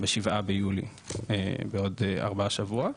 ב-7 ביולי בעוד ארבעה שבועות,